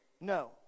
No